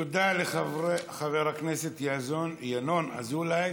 תודה לחבר הכנסת ינון אזולאי.